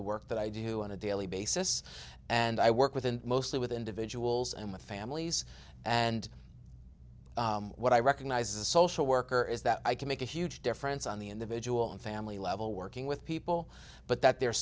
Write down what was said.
the work that i do on a daily basis and i work with and mostly with individuals and with families and what i recognize a social worker is that i can make a huge difference on the individual and family level working with people but that the